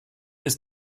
ist